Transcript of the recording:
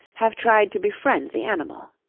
have tried to befriend the animal.